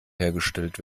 hergestellt